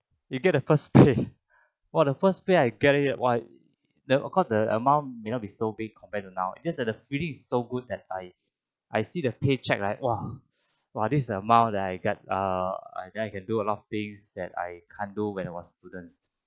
you get the first pay what the first pay I get it !wah! of course the amount may not be so big compared to now just at a feeling so good that I I see the paycheck right !wah! !wah! this amount that I got err then I could do a lot of things that I can't do when I was student